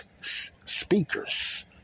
speakers